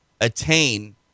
attain